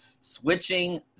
switching